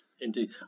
Indeed